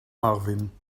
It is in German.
marvin